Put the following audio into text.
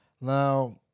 Now